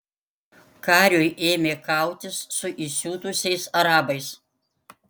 kariui ėmė kautis su įsiutusiais arabais